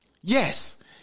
Yes